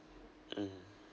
hmm